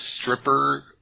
stripper